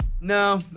No